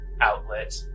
outlet